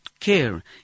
Care